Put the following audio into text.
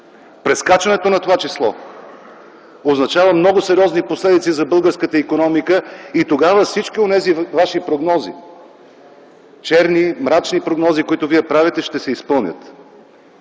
прескачането на това число означава много сериозни последици за българската икономика и тогава всички онези ваши прогнози – черни, мрачни прогнози, които вие правите, ще се изпълнят.